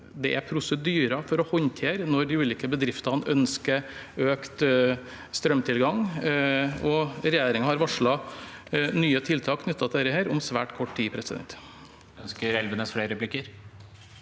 Det er prosedyrer for å håndtere når de ulike bedriftene ønsker økt strømtilgang, og regjeringen har varslet nye tiltak knyttet til dette om svært kort tid. Hårek